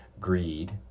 greed